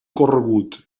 corregut